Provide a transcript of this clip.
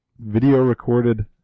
video-recorded